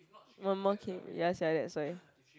one more came ya sia that's why